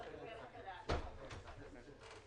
אזכיר לחברי הוועדה את הנוהל בוועדה ביחס להצבעות.